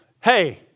hey